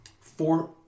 four